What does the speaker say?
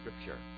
Scripture